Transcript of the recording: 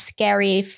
Scary